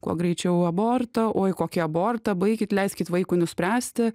kuo greičiau abortą oi kokį abortą baikit leiskit vaikui nuspręsti